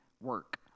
work